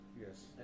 Yes